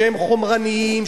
שהם חומרניים,